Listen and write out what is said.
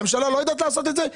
הממשלה לא יודעת לעשות את זה?